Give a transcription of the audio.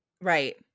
right